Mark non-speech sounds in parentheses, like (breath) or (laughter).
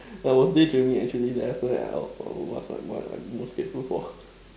I was daydreaming actually then after that then I was like what I'm most grateful for (breath)